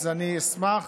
אז אני אשמח.